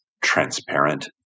transparent